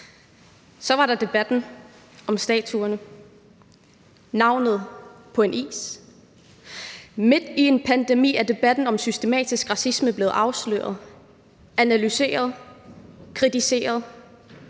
Så var der debatten om statuerne og navnet på en is. Midt i en pandemi er debatten om systematisk racisme blevet afsløret, analyseret, kritiseret,